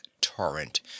torrent